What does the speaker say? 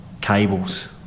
cables